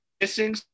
missing